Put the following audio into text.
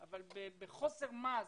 אבל בחוסר מעש,